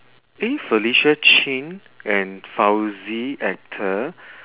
eh felicia chin and fauzie actor